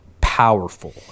powerful